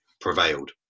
prevailed